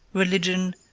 religion,